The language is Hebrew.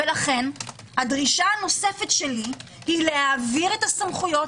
לכן הדרישה הנוספת שלי היא להעביר את הסמכויות